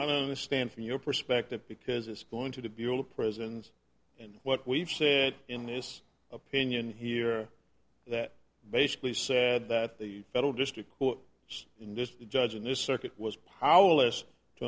i don't understand from your perspective because it's going to the bureau of prisons and what we've said in this opinion here that basically said that the federal district court in this judge in this circuit was powerless to